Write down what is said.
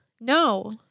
No